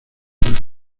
pueblo